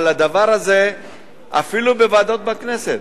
אבל אפילו בוועדות בכנסת,